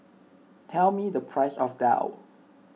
tell me the price of Daal